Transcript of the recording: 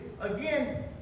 Again